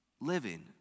living